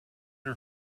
her